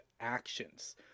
actions